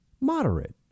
moderate